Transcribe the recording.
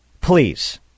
Please